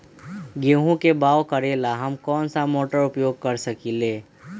गेंहू के बाओ करेला हम कौन सा मोटर उपयोग कर सकींले?